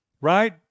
right